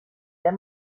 der